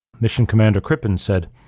mission commander crippen said,